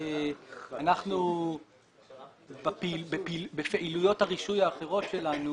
הוא שאנחנו בפעילויות הרישוי האחרות שלנו,